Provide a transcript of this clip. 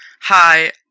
Hi